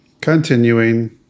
Continuing